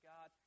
God